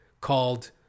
called